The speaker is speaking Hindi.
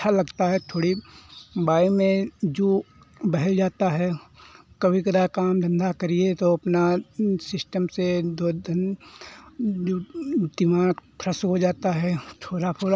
अच्छा लगता है थोड़ी बारे में जो बहल जाता है कभी कदा काम धन्धा करिए तो अपना सिस्टम से दिमाग फ़्रेश हो जाता है थोड़ा थोड़ा